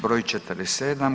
Broj 47.